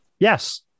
Yes